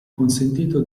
consentito